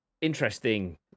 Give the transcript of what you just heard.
interesting